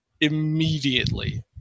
immediately